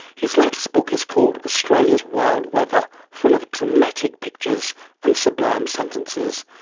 his latest book is called australia's wild weather full of dramatic pictures and sublime sentences.